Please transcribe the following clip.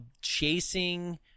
chasing